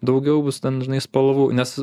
daugiau bus ten žinai spalvų nes